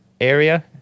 area